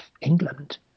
england